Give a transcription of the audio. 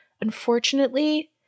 unfortunately